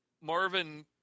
Marvin